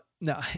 no